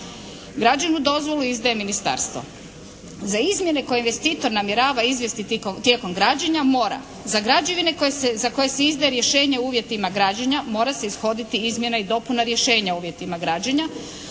Građevnu dozvolu izdaje ministarstvo. Za izmjene koje investitor namjerava izvesti tijekom građenja mora za građevine za koje se izdaje rješenje u uvjetima građenja mora se ishoditi izmjena i dopuna rješenja o uvjetima građenja,